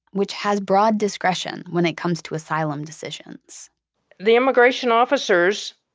which has broad discretion when it comes to asylum decisions the immigration officers,